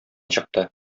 чыкты